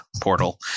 portal